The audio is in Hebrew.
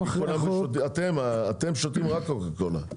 אתם שותים רק קוקה קולה,